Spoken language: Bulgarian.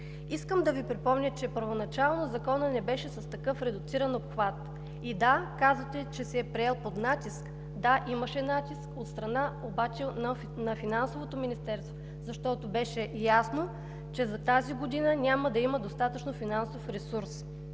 Искам да Ви припомня, че първоначално Законът не беше с такъв редуциран обхват. И казвате, че се е приел под натиск – да, имаше натиск от страна обаче на Финансовото министерство, защото беше ясно, че за тази година няма да има достатъчно финансов ресурс.